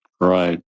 Right